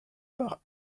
par